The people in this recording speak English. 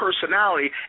personality